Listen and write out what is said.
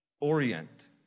orient